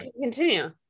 continue